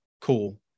cool